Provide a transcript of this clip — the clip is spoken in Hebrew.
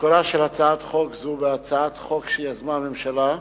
מקורה של הצעת חוק זו בהצעת חוק שיזמה הממשלה.